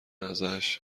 ازش